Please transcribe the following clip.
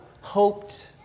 hoped